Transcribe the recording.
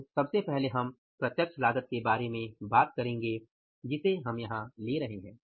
तो सबसे पहले हम प्रत्यक्ष लागत के बारे में बात करेंगे जिसे हम यहाँ ले रहे हैं